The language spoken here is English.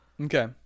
Okay